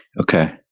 Okay